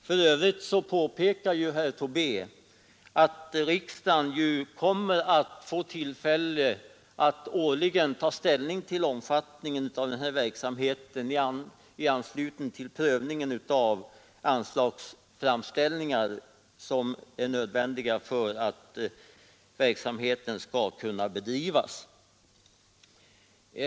För övrigt påpekar ju herr Tobé att riksdagen kommer att få tillfälle att årligen ta ställning till omfattningen av verksamheten i anslutning till prövningen av de framställningar om anslag som är nödvändiga för att verksamheten skall kunna bedrivas.